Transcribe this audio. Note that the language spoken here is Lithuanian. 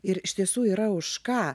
ir iš tiesų yra už ką